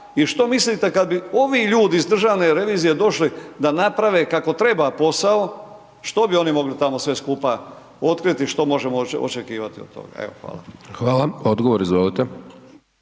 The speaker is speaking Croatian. i što mislite kad bi ovi ljudi iz Državne revizije došli da naprave kako treba posao, što bi oni mogli tamo sve skupa otkriti, što možemo očekivati od toga, evo, hvala. **Hajdaš Dončić,